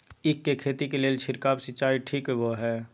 ईख के खेती के लेल छिरकाव सिंचाई ठीक बोय ह?